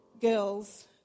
Girls